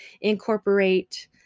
incorporate